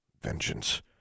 Vengeance